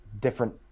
different